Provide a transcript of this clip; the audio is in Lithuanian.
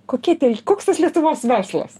kokie tie koks tas lietuvos verslas